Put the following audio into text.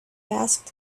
asked